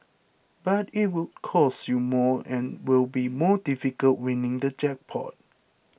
but it'll cost you more and it will be more difficult winning the jackpot